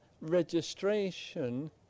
registration